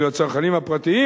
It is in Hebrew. ואילו הצרכנים הפרטיים,